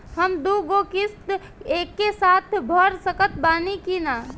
हम दु गो किश्त एके साथ भर सकत बानी की ना?